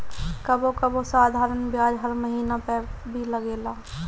कबो कबो साधारण बियाज हर महिना पअ भी लागेला